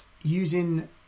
using